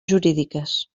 jurídiques